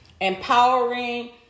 empowering